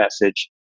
message